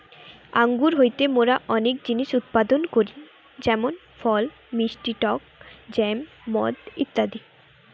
আঙ্গুর হইতে মোরা অনেক জিনিস উৎপাদন করি যেমন ফল, মিষ্টি টক জ্যাম, মদ ইত্যাদি